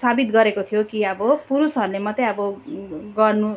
साबित गरेको थियो कि अब पुरुषहरूले मात्रै अब गर्नु